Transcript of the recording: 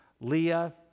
Leah